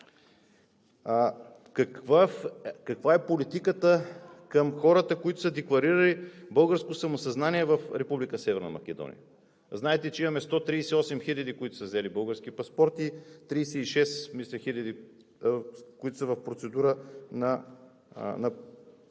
Каква е политиката към хората, които са декларирали българско самосъзнание в Република Северна Македония? Знаете, че имаме 138 хиляди, които са взели български паспорти, 36 хиляди, които са в процедура на получаване